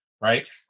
right